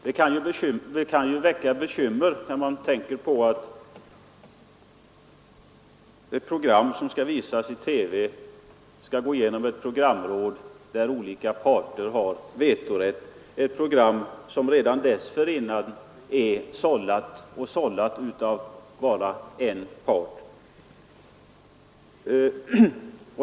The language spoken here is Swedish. Det kan väcka bekymmer när man tänker på att ett program som skall visas i TV skall gå igenom ett programråd, där olika parter har vetorätt. Det gäller då ett program som redan dessförinnan är sållat — och sållat av bara en part.